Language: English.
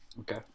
Okay